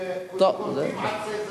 שכורתים עצי זית.